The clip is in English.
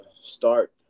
start